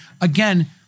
again